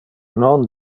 non